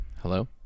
Hello